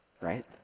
right